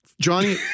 Johnny